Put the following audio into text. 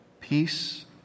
Peace